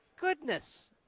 goodness